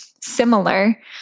similar